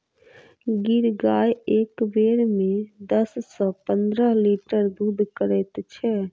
गिर गाय एक बेर मे दस सॅ पंद्रह लीटर दूध करैत छै